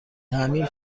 تعمیر